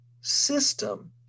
system